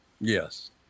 Yes